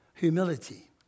Humility